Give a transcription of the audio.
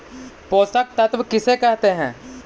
पोषक तत्त्व किसे कहते हैं?